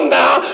now